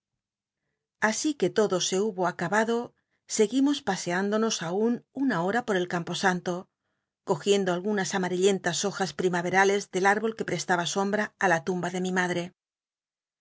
así que lodo se hubo ac tbado seguimos paseándonos aun una hora por el camposanto cogiendo algunas amarillentas hojns primaycrales del ürbol que prestaba sombra á la tnmba ele mi madre